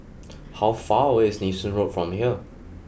how far away is Nee Soon Road from here